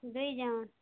ଦେଇଯାଅ